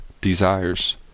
desires